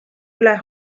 üle